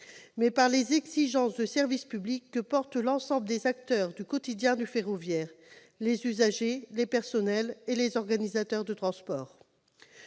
mais par les exigences de service public que porte l'ensemble des acteurs du quotidien du ferroviaire : les usagers, les personnels et les organisateurs de transport.